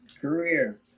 career